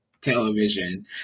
television